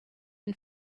and